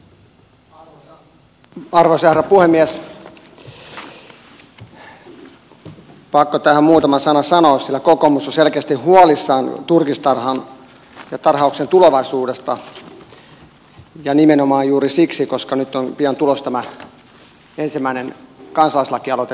on pakko tähän muutama sana sanoa sillä kokoomus on selkeästi huolissaan turkistarhan ja tarhauksen tulevaisuudesta ja nimenomaan juuri siksi että nyt on pian tulossa tämä ensimmäinen kansalaislakialoite turkistarhauksen kieltämiseksi